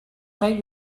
make